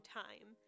time